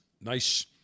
Nice